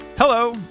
Hello